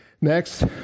Next